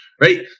right